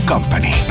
Company